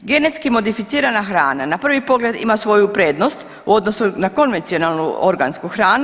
Genetski modificirana hrana na prvi pogled ima svoju prednost u odnosu na konvencionalnu organsku hranu.